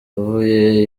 avuye